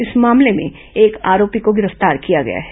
इस मामले में एक आरोपी को गिरफ्तार किया गया है